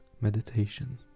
meditation